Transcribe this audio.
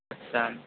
আচ্ছা